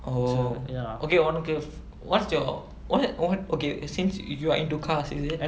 oh okay உனக்கு:unakku what's your what what okay since you're into cars is it